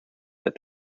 that